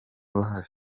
uruhare